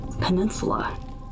peninsula